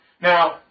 Now